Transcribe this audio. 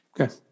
Okay